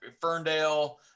ferndale